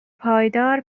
پایدار